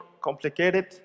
complicated